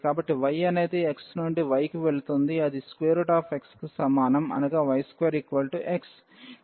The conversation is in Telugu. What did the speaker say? కాబట్టి y అనేది x నుండి y కి వెళుతుంది అది x కి సమానం అనగా y2x